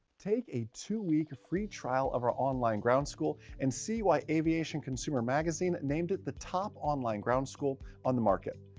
take a two-week free trial of our online ground school and see why aviation consumer magazine named it the top online ground school on the market.